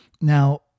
Now